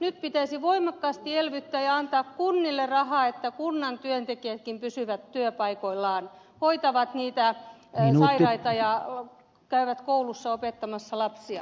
nyt pitäisi voimakkaasti elvyttää ja antaa kunnille rahaa jotta kunnan työntekijät pysyvät työpaikoillaan hoitavat niitä sairaita ja käyvät koulussa opettamassa lapsia